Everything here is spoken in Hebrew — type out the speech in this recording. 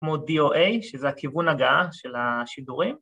‫כמו DOA, שזה הכיוון הגעה של השידורים.